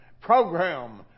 program